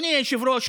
אדוני היושב-ראש,